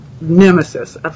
nemesis